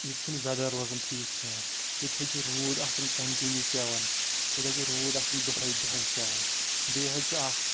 ییٚتہِ چھُنہٕ وٮ۪دَر روزان ٹھیٖک کیٚنٛہہ ییٚتہِ حظ چھُ روٗد آسان کَنٹِنیوٗ پٮ۪وان ییٚتہِ حظ چھُ روٗد آسان دوٚہَے دوٚہَے پٮ۪وان بیٚیہِ حظ چھُ اَکھ